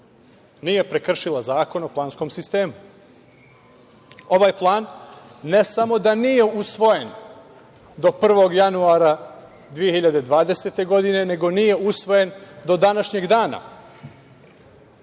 nije prekršila Zakon o planskom sistemu. Ovaj plan ne samo da nije usvojen do 1. januara 2020. godine, nego nije usvojen do današnjeg dana,